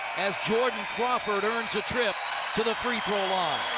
as jordan crawford earns a trip to the free-throw line.